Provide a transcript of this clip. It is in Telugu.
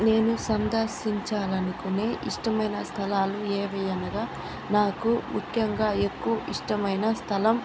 నేను సందర్శించాలనుకునే ఇష్టమైన స్థలాలు ఏవి అనగా నాకు ముఖ్యంగా ఎక్కువ ఇష్టమైన స్థలం